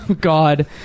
god